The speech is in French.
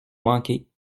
manquer